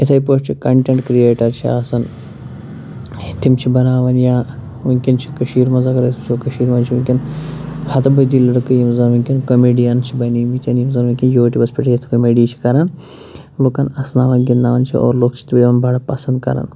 یِتھَے پٲٹھۍ چھِ کَنٹٮ۪نٛٹ کِرٛییٹَر چھِ آسان تِم چھِ بناوان یا وٕنۍکٮ۪ن چھِ کٔشیٖرِ منٛز اگر أسۍ وٕچھو کٔشیٖر منٛز چھِ وٕنۍکٮ۪ن ہَتھٕ بٔدی لَڑکہٕ یِم زَنہٕ وٕنۍکٮ۪ن کٔمیڈیَن چھِ بنیمٕتۍ یِم زَنہٕ وٕنۍکٮ۪ن یوٗٹیوٗبَس پٮ۪ٹھ یِتھ کٔمیڈی چھِ کران لُکَن اَسناوان گِنٛدناوان چھِ اور لُکھ چھ تِمَن بَڑٕ پسنٛد کران